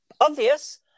obvious